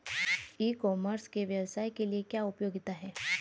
ई commerce के व्यवसाय के लिए क्या उपयोगिता है?